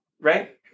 right